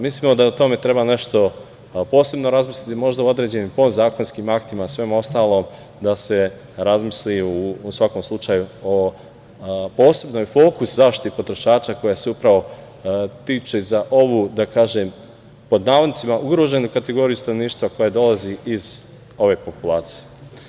Mislimo da na tome treba nešto posebno razmisliti, možda u određenim podzakonskim aktima, svemu ostalom da se razmisli, u svakom slučaju, o posebnom fokusu zaštite potrošača koja se upravo tiče za ovu, da kažem pod navodnicima, ugroženu kategoriju stanovništva koja dolazi iz ove populacije.